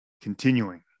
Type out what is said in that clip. continuing